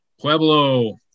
Pueblo